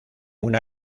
una